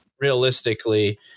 realistically